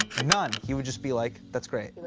none! he would just be like that's great. you're